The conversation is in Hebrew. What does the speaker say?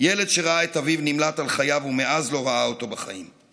ילד שראה את אביו נמלט על חייו ומאז לא ראה אותו בחיים.